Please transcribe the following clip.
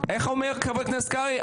איך אומר חבר הכנסת קרעי?